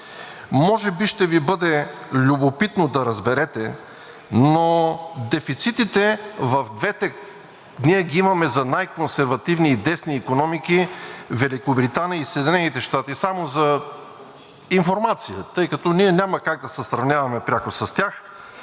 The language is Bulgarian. Може би ще Ви бъде любопитно да разберете, но дефицитите в двете – ние ги имаме за най-консервативни и десни икономики, Великобритания и Съединените щати – само за информация, тъй като ние няма как да се сравняваме пряко с тях,